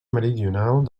meridional